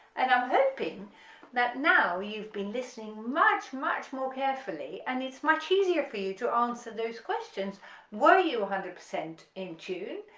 and i'm hoping that now you've been listening much much more carefully and it's much easier for you to answer those questions were you one hundred percent in tune,